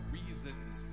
reasons